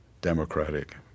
democratic